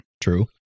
True